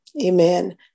Amen